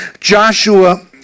Joshua